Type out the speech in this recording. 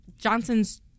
Johnson's